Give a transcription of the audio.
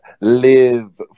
live